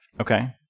Okay